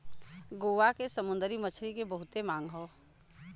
गोवा के समुंदरी मछरी के बहुते मांग हौ